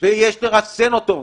ויש לרסן אותו,